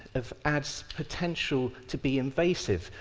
of ads' potential to be invasive,